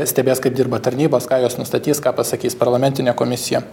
stebės kaip dirba tarnybos ką jos nustatys ką pasakys parlamentinė komisija